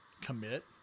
commit